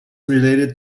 related